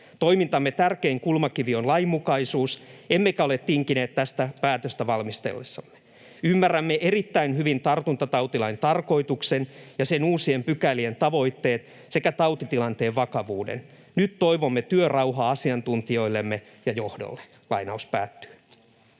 Toimintamme tärkein kulmakivi on lainmukaisuus, emmekä ole tinkineet tästä päätöstä valmistellessamme. Ymmärrämme erittäin hyvin tartuntatautilain tarkoituksen ja sen uusien pykälien tavoitteet sekä tautitilanteen vakavuuden. Nyt toivomme työrauhaa asiantuntijoillemme ja johdolle.” No, tässä